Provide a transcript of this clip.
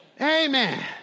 Amen